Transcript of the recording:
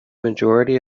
majority